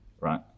right